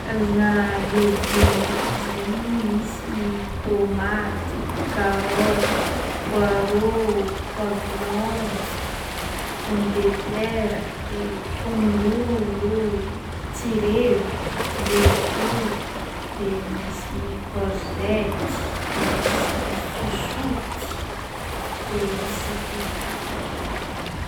Karazagna legume ndraiky edy zegny: misy tomaty, karoty, poireau, poivron pomme de terre, de tongolo o, tsirebiky, laisoa, de misy corgety, de misy sosoty, de sakaitany.